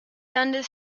dundas